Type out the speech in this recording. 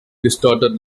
distorted